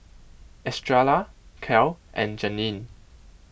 Estrella Cal and Janene